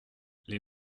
les